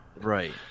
Right